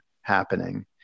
happening